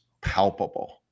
palpable